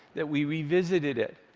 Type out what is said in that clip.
that we revisited it,